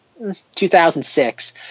2006